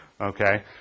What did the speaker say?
Okay